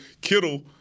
Kittle –